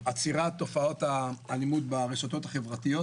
על עצירת תופעות האלימות ברשתות החברתיות.